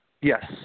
Yes